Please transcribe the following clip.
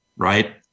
Right